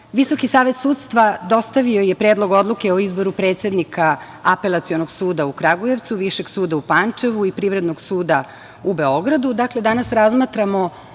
savet sudstva dostavio je Predlog odluke o izboru predsednika Apelacionog suda u Kragujevcu, Višeg suda u Pančevu i Privrednog suda u Beogradu. Dakle,